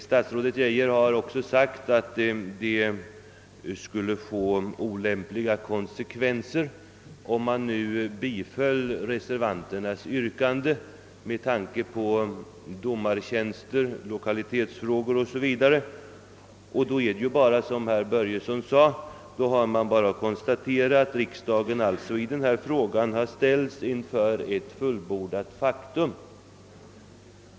Statsrådet Geijer har också sagt, att ett bifall till reservanternas yrkande skulle få olyckliga konsekvenser med tanke på domartjänster, lokalfrågor o.s.v. Då har man bara, som herr Börjesson i Glömminge sade, att konstatera att riksdagen alltså i denna fråga har ställts inför ett fullbordat faktum på grund av vidtagna åtgärder från departementet.